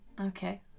Okay